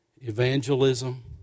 Evangelism